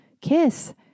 kiss